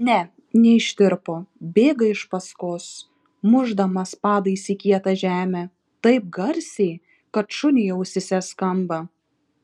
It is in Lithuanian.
ne neištirpo bėga iš paskos mušdamas padais į kietą žemę taip garsiai kad šuniui ausyse skamba